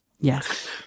Yes